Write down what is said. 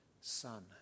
Son